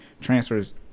transfers